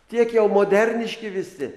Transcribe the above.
tiek jau moderniški visi